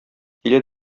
килә